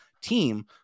team